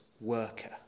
worker